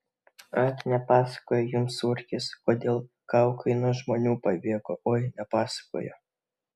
ak nepasakojo jums urkis kodėl kaukai nuo žmonių pabėgo oi nepasakojo